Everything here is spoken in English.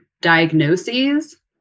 diagnoses